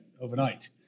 overnight